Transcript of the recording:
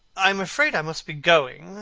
i am afraid i must be going,